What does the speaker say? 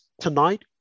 tonight